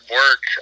work